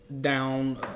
Down